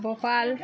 Bhopal